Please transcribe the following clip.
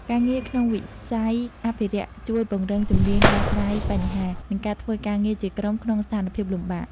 ការងារក្នុងវិស័យអភិរក្សជួយពង្រឹងជំនាញដោះស្រាយបញ្ហា និងការធ្វើការងារជាក្រុមក្នុងស្ថានភាពលំបាក។